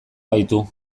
gaitu